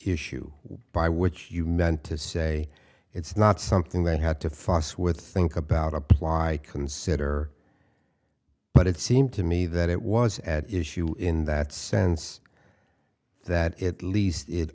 issue by which you meant to say it's not something they had to fuss with think about apply consider but it seemed to me that it was at issue in that sense that at least it